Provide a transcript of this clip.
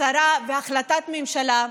הצהרה והחלטת ממשלה,